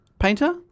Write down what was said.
Painter